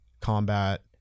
combat